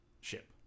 ship